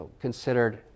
considered